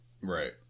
Right